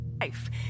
life